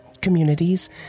communities